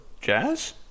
Jazz